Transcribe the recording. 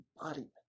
embodiment